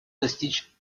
достичь